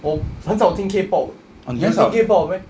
我很少听 K-pop 你有听 K-pop 的 meh